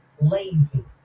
lazy